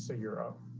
so you're up.